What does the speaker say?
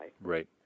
Right